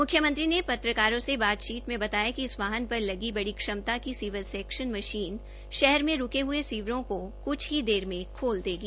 मुख्यमंत्री ने पत्रकारों से बातचीत में बताया कि इस वाहन पर लगी बड़ी क्षमता की सीवर सेक्शन मशीन शहर के रूके हये सीवरों को कुछ ही देर में खोल देगी